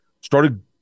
started